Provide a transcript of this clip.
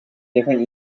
different